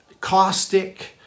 caustic